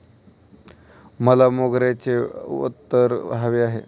मला मोगऱ्याचे अत्तर हवे आहे